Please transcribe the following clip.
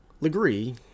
Legree